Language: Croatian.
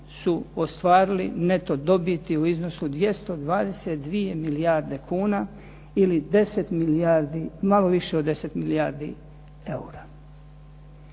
su ostvarili neto dobiti u iznosu 222 milijarde kuna ili 10 milijardi, malo više od 10 milijardi eura.